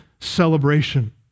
celebration